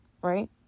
Right